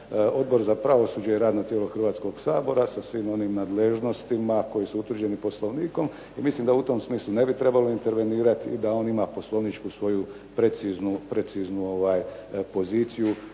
Odbor za pravosuđe je radno tijelo Hrvatskog sabora sa svim onim nadležnostima koje su utvrđene Poslovnikom i mislim da u tom smislu ne bi trebalo intervenirati i da on ima poslovničku svoju preciznu poziciju